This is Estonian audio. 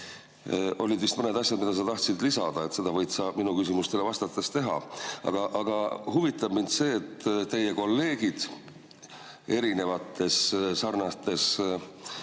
Olid vist mõned asjad, mida sa tahtsid lisada – seda sa võid mu küsimustele vastates teha. Aga huvitab mind see: teie kolleegid erinevates sarnastes